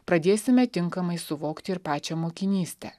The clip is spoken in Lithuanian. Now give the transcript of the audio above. pradėsime tinkamai suvokti ir pačią mokinystę